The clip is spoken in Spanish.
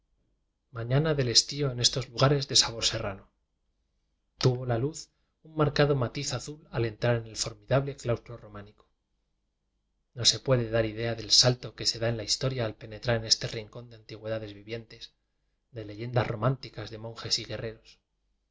mañana del estío en es tos lugares de sabor serrano tuvo la luz biblioteca nacional de españa un marcado matiz azul a entrar en el for midable claustro románico no se puede dar idea del salto que se dá en la historia al penetrar en este rincón de antigüedades v i vientes de leyendas románticas de monjes y guerreros